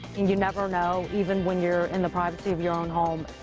and you never know even when you're in the privacy of your own home,